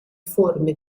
forme